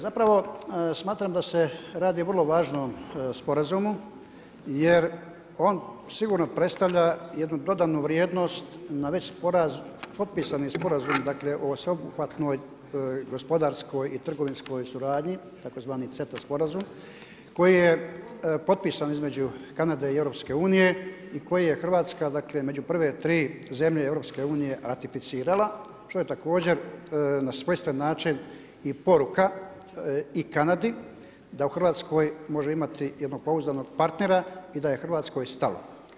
Zapravo smatram da se radi o vrlo važnom sporazumu jer on sigurno predstavlja jednu dodanu vrijednost na već potpisani sporazum, dakle o sveobuhvatnoj gospodarskoj i trgovinskoj suradnji, tzv. CETA sporazum koji je potpisan između Kanade i EU i koji je Hrvatska, dakle među prve tri zemlje EU ratificirala što je također na svojstven način i poruka i Kanadi, da u Hrvatskoj može imati jednog pouzdanog partnera i da je Hrvatskoj stalo.